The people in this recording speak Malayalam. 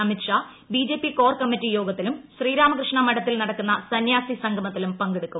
Amit Shah BJP core committee യോഗത്തിലും ശ്രീരാമകൃഷ്ണ മഠത്തിൽ നടക്കുന്ന സന്യാസി സംഗമത്തിലും പങ്കെടുക്കും